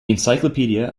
encyclopedia